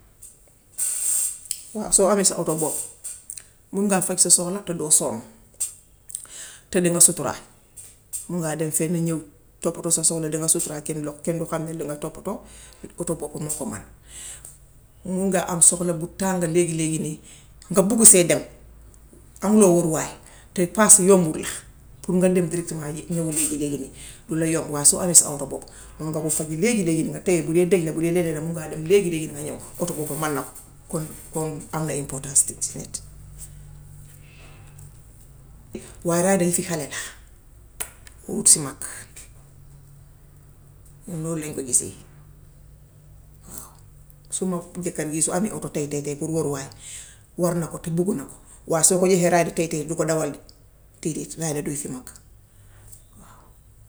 waaw soo amee sa oto bopp mun ngaa faj sa soxla te doo sonnu, te dinga sutura. Mun ngaa dem fenn ñów, topputoo sa soxla, danga suturaal kenn du, kenn du xam ne danga topputoo. Oto bopp moo ko man. Mun nga am soxla bu tàng léegi-léegi nii, nga bugg see dem, amuloo woruwaay, te paas yombul la pour nga dem directement ñów léegi-léegi nii du la yombu. Waaye soo amee sa oto bopp mun nga koo faj léegi-léegi nii, nga téye. Bu dee dëj la mun ngaa dem léegi-léegi nii, nga ñów, oto boppu man na ko. Kon comme am na importance waaye ride si xale la, duhut si mag. Ñun noonu lañ ko gisee waaw. Suma jëkkër jii su amee oto tay tay pour woruwaay war na ko te bugg na ko waaye soo ko joxee ride tay tay du ko dawal de, déedéet ride du yëfi mag, waaw.